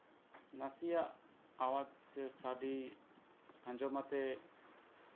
ᱱᱟᱥᱮᱭᱟᱜ ᱟᱣᱟᱡ ᱟᱹᱰᱮ ᱟᱸᱡᱚᱢ ᱟᱛᱮᱫ